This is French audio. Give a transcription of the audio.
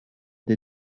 des